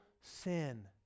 sin